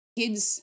kids